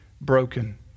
broken